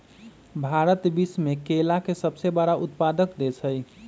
भारत विश्व में केला के सबसे बड़ उत्पादक देश हई